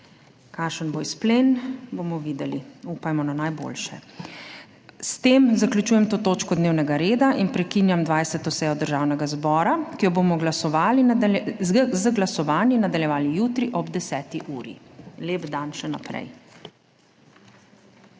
Kakšen bo izplen, bomo videli. Upajmo na najboljše. S tem zaključujem to točko dnevnega reda in prekinjam 20. sejo Državnega zbora, ki jo bomo z glasovanji nadaljevali jutri ob 10. uri. Lep dan še naprej!